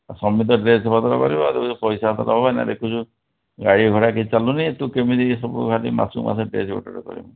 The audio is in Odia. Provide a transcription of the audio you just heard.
ସମସ୍ତେ ଡ୍ରେସ୍ ପତ୍ର କରିବ ପଇସା ପତ୍ର ଏବେ ଏଇନା ଦେଖୁଛୁ ଗାଡି ଭଡ଼ା କିଛି ଚାଲୁନି ତୁ କେମିତି ସବୁ ମାସକୁ ମାସ ଡ୍ରେସ୍ ଅର୍ଡ଼ର୍ କରିବୁ